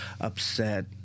upset